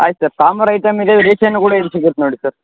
ಆಯ್ತು sir sambar item ಇದೆ ration ಕೂಡ ಇಲ್ಲಿ ಸಿಗತ್ತೆ ನೋಡಿ ಸರ್